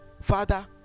father